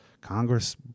Congress